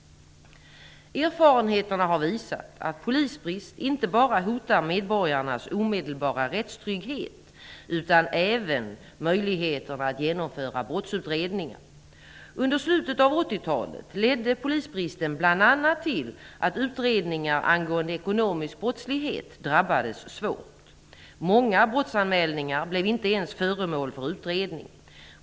Erfarenheterna har visat att polisbrist inte bara hotar medborgarnas omedelbara rättstrygghet utan även möjligheten att genomföra brottsutredningar. Under slutet av 80-talet ledde polisbristen bl.a. till att utredningar angående ekonomisk brottslighet drabbades svårt. Många brottsanmälningar blev inte ens föremål för utredning.